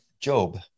Job